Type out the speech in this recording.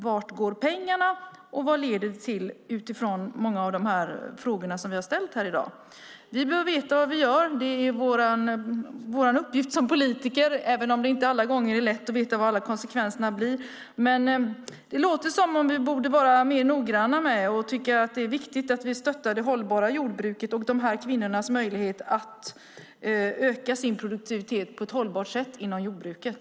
Vart går pengarna, och vad leder det till utifrån många av de frågor som vi har ställt här i dag? Vi bör veta vad vi gör. Det är vår uppgift som politiker, även om det inte alltid är lätt att veta vad alla konsekvenserna blir. Det låter som att vi borde vara mer noggranna. Det är viktigt att vi stöttar det hållbara jordbruket och dessa kvinnors möjlighet att öka sin produktivitet på ett hållbart sätt inom jordbruket.